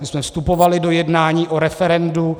My jsme vstupovali do jednání o referendu.